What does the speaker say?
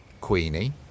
Queenie